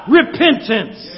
repentance